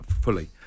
fully